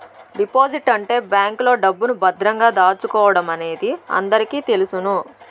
deposit అంటే బ్యాంకులో డబ్బును భద్రంగా దాచడమనేది అందరికీ తెలుసును